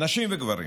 נשים וגברים.